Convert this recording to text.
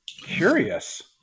Curious